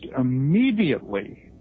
immediately